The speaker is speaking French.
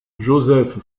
joseph